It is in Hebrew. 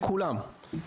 לכולם.